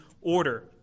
order